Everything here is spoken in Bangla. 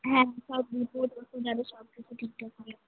হ্যাঁ সব রিপোর্ট ওষুধ আরও সব কিছু ঠিকঠাক ভাবে